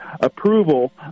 approval